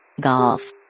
Golf